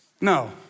no